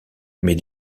mais